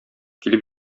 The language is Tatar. килеп